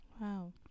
wow